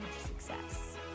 success